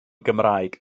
gymraeg